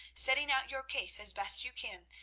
setting out your case as best you can,